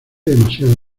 demasiado